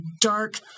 dark